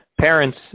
parents